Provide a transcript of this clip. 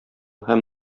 һәм